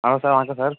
hello sir வணக்கம் sir